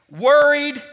worried